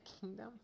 kingdom